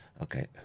Okay